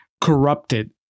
corrupted